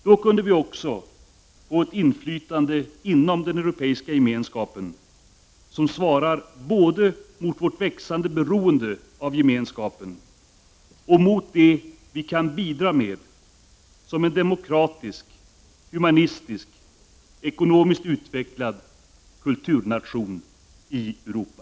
Då kunde vi också inom den Europeiska gemenskapen få ett inflytande, som svarar både mot vårt växande beroende av gemenskapen och mot det vi kan bidra med som en demokratisk, human och ekonomiskt utvecklad kulturnation i Europa.